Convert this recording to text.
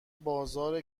بازار